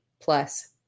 plus